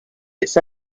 its